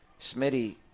Smitty –